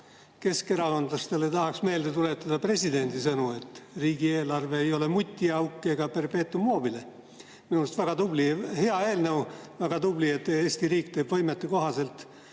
keskerakondlastele tahaks meelde tuletada presidendi sõnu, et riigieelarve ei ole mutiauk egaperpetuum mobile. Minu arust väga tubli, hea eelnõu, väga tubli, et Eesti riik teeb võimete kohaselt